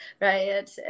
right